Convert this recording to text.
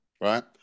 right